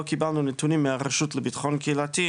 קיבלנו נתונים מהרשות לביטחון קהילתי,